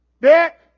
Dick